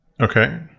Okay